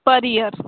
per year